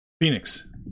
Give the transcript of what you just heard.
Phoenix